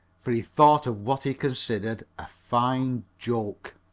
for he thought of what he considered a fine joke.